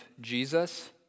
Jesus